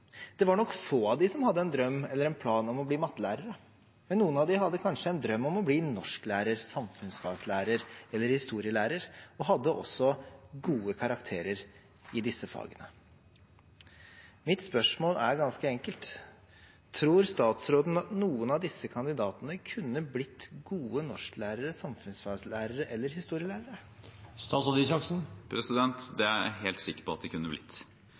Det var nok få av dem som hadde en plan om å bli mattelærere, men noen av dem hadde kanskje en drøm om å bli norsklærer, samfunnsfagslærer eller historielærer og hadde også gode karakterer i disse fagene. Mitt spørsmål er ganske enkelt: Tror statsråden at noen av disse kandidatene kunne blitt gode norsklærere, samfunnsfagslærere eller historielærere? Det er jeg helt sikker på at de kunne blitt